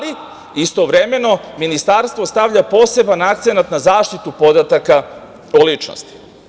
Istovremeno, Ministarstvo stavlja poseban akcenat na zaštitu podataka o ličnosti.